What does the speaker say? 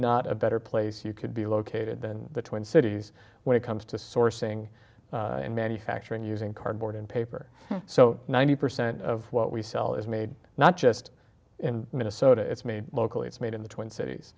not a better place you could be located than the twin cities when it comes to sourcing and manufacturing using cardboard and paper so ninety percent of what we sell is made not just in minnesota it's made locally it's made in the twin cities